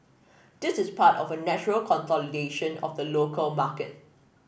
this is part of a natural consolidation of the local market